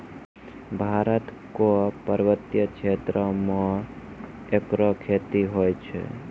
भारत क पर्वतीय क्षेत्रो म एकरो खेती होय छै